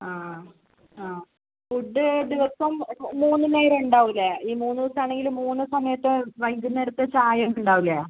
ആ ആ ഫുഡ് ദിവസവും മൂന്ന് നേരം ഉണ്ടാവൂലേ ഈ മൂന്ന് ദിവസം ആണെങ്കിലും മൂന്ന് സമയത്ത് വൈകുന്നേരത്തെ ചായയൊക്കെ ഉണ്ടാവില്ലേ